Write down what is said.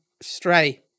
Stray